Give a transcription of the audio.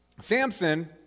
Samson